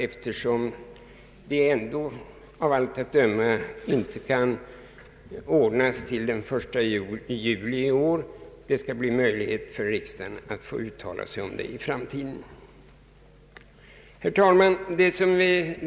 Eftersom problemet av allt att döma inte kan lösas förrän efter den 1 juli i år, hoppas jag att det skall bli möjligt för riksdagen att uttala sig i framtiden. Herr talman!